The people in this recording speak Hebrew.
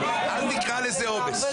אל תקרא לזה עומס.